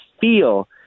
feel